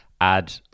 add